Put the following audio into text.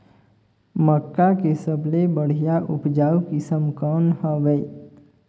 मक्का के सबले बढ़िया उपजाऊ किसम कौन हवय?